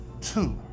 two